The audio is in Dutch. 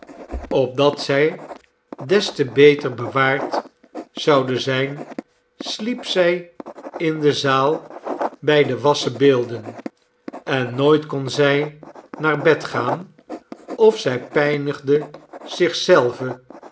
opdat zij des te beter bewaard zouden zijn sliep zij in de zaal bij de wassen beelden en nooit kon zij naar bed gaan of zij pijnigde